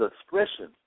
expression